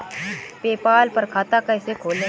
PayPal पर खाता कैसे खोलें?